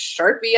sharpie